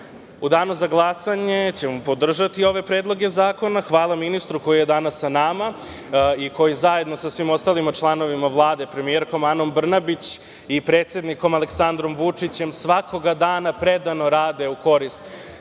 danu za glasanje ćemo podržati ove Predloge zakona. Hvala ministru koji je danas sa nama i koji zajedno sa svim ostalim članovima Vlade, premijerkom Anom Brnabić i predsednikom Aleksandrom Vučićem svakoga dana predano rade u korist